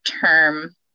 term